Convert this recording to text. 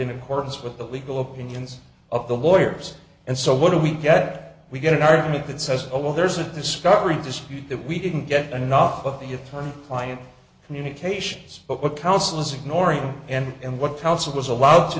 in accordance with the legal opinions of the lawyers and so what do we get we get an argument that says oh well there's a discovery dispute that we didn't get enough of the attorney client communications but what counsel is ignoring and what counsel was allowed to